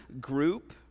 group